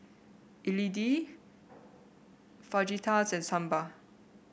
Idili Fajitas and Sambar